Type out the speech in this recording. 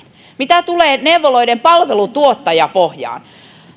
mitä tulee neuvoloiden palvelutuottajapohjaan niin